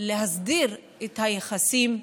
להסדיר את היחסים,